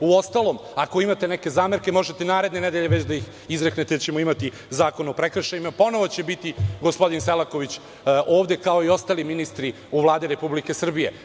Uostalom, ako imate neke zamerke, možete naredne nedelje već da ih izreknete, jer ćemo imati zakon o prekršajima, ponovo će biti gospodin Selaković ovde, kao i ostali ministri u Vladi Republike Srbije.